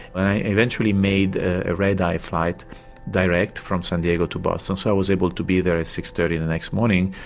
and i eventually made a red-eye flight direct from san diego to boston so i was able to be there at six. thirty the next morning.